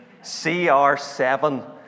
CR7